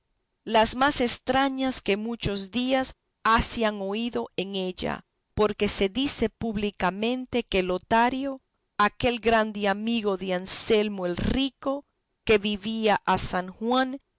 las más estrañas que muchos días ha se han oído en ella porque se dice públicamente que lotario aquel grande amigo de anselmo el rico que vivía a san juan